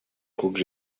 cucs